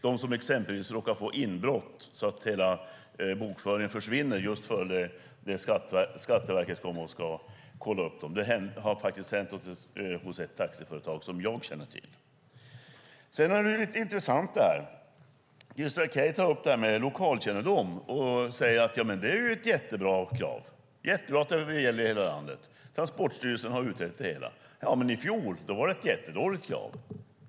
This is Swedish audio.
Det är exempelvis de som råkar få inbrott så att hela bokföringen försvinner just före att Skatteverket ska komma och kolla upp dem. Det har hänt hos ett taxiföretag som jag känner till. Det är intressant att Christer Akej tar upp detta med lokalkännedom. Han säger att det är ett jättebra krav och att det är jättebra att det gäller i hela landet. Transportstyrelsen har utrett det hela. Men i fjol var det ett jättedåligt krav.